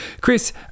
Chris